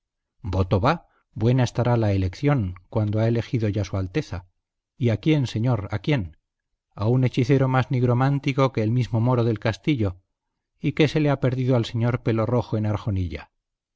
voto va buena estará la elección cuando ha elegido ya su alteza y a quién señor a quién a un hechicero más nigromántico que el mismo moro del castillo y qué se le ha perdido al señor pelo rojo en arjonilla